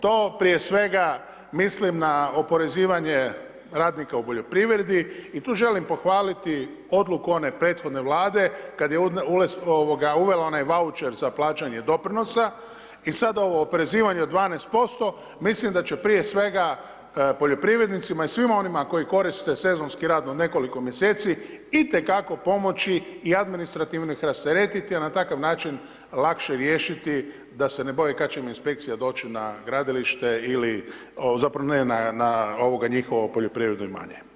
To prije svega mislim na oporezivanje radnika u poljoprivredi, i tu želim pohvaliti odluku one prethodne Vlade, kada je uvela onaj vaučer za plaćanje doprinosa i sada ovo oporezivanje od 12%, mislim da će prije svega poljoprivrednicima i svima onima, koji koriste sezonski rad od nekoliko mjeseci itekako pomoći i administrativno ih rasteretiti i na takav način lakše riješiti da se ne boje kada će im inspekcija doći na gradilište ili na njihovo poljoprivredno imanje.